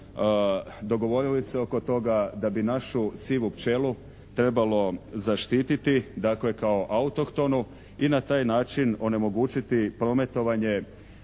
dogovorili se oko toga da bi našu sivu pčelu trebalo zaštiti, dakle kao autohtonu i na taj način onemogućiti prometovanje